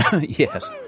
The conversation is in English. Yes